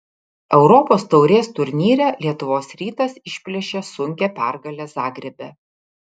europos taurės turnyre lietuvos rytas išplėšė sunkią pergalę zagrebe